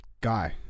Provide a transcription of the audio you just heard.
Guy